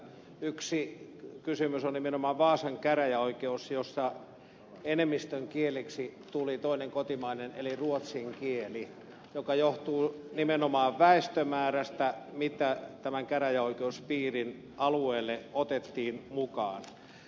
yksi kysymys on nimenomaan vaasan käräjäoikeus jossa enemmistön kieleksi tuli toinen kotimainen eli ruotsin kieli mikä johtuu nimenomaan väestömäärästä mikä tämän käräjäoikeuspiirin alueelle otettiin mukaan